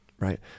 Right